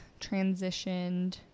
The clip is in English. transitioned